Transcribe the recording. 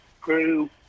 crew